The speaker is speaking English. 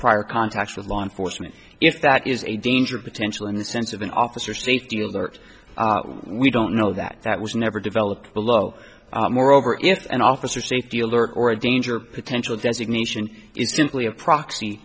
prior contacts with law enforcement if that is a danger potential in the sense of an officer safety alert we don't know that that was never developed below moreover if an officer safety alert or a danger potential designation is simply a proxy